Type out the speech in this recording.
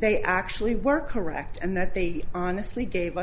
they actually were correct and that they honestly gave us